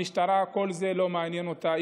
המשטרה, כל זה לא מעניין אותה.